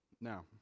Now